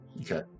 Okay